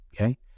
okay